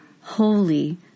holy